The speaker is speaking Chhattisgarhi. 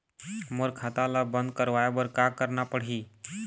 मोर खाता ला बंद करवाए बर का करना पड़ही?